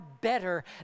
better